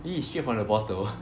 !ee! straight from the bottle